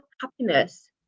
happiness